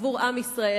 עבור עם ישראל.